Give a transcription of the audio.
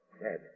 Dead